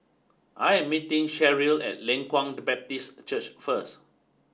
I am meeting Sherrill at Leng Kwang Baptist Church first